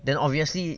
then obviously